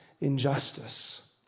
injustice